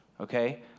Okay